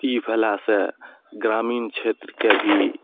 ई भेला सऽ ग्रामीण क्षेत्रके भी